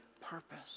purpose